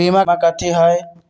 बीमा कथी है?